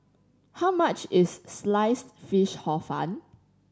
how much is Sliced Fish Hor Fun